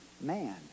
man